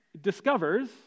discovers